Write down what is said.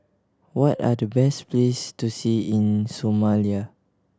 what are the best place to see in Somalia